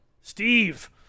Steve